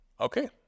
Okay